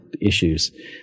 issues